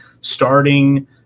starting